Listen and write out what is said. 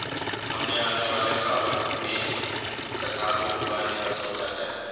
हमने आने वाले सावन में रतालू उगाने का सोचा है